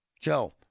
Joe